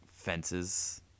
fences